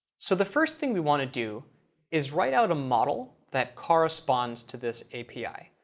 so the first thing we want to do is write out a model that corresponds to this api.